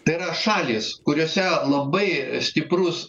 tai yra šalys kuriose labai stiprus